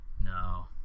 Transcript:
No